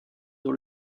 dans